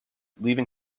leaving